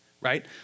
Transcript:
right